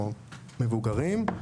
או מבוגרים.